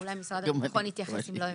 ואולי משרד הביטחון יתייחס אם לא הבנתי.